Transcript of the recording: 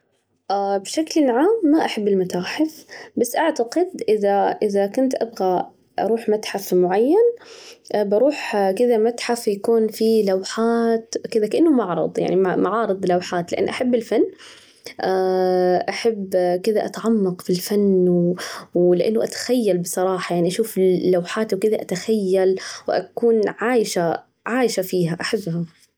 بشكل عام ما أحب المتاحف، بس أعتقد إذا إذا كنت أبغى أروح متحف معين، بروح كده متحف يكون في لوحات كده كأنه معرض يعني معارض لوحات، لأنه أحب الفن، أحب كده أتعمق في الفن ولأنه أتخيل بصراحة يعني أشوف لوحات وكده أتخيل، وأكون عايشة عايشة فيها، أحبها.